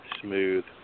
smooth